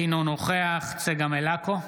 אינו נוכח צגה מלקו,